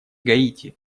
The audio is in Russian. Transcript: гаити